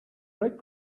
red